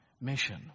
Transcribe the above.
mission